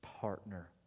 partner